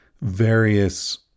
various